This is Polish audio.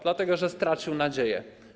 Dlatego że stracił nadzieję.